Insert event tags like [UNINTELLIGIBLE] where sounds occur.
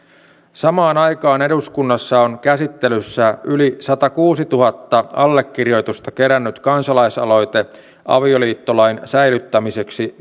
samaan aikaan eduskunnassa on käsittelyssä yli satakuusituhatta allekirjoitusta kerännyt kansalaisaloite avioliittolain säilyttämiseksi [UNINTELLIGIBLE]